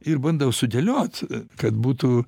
ir bandau sudėliot kad būtų